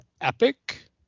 Epic